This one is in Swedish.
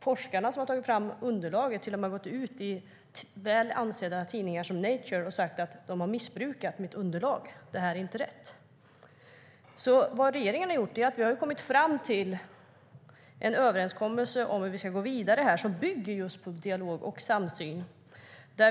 Forskarna som har tagit fram underlaget har till och med gått ut i väl ansedda tidningar som Nature och sagt: De har missbrukat mitt underlag. Det här är inte rätt. Vad regeringen har gjort är att komma fram till en överenskommelse om hur vi ska gå vidare som bygger på just dialog och samsyn.